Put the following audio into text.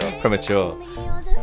Premature